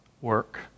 work